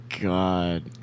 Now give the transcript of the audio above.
God